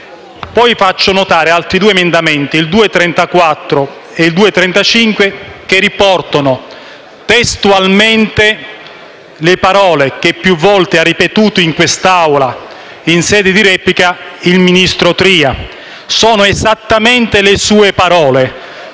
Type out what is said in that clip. in particolare altri due emendamenti, il 2.34 e il 2.35, che riportano testualmente le parole che più volte ha ripetuto in quest'Aula, in sede di replica il ministro Tria. Sono esattamente le sue parole